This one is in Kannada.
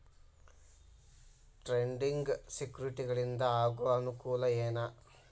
ಟ್ರೇಡಿಂಗ್ ಸೆಕ್ಯುರಿಟಿಗಳಿಂದ ಆಗೋ ಅನುಕೂಲ ಏನ